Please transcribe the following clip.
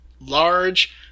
large